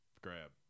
grab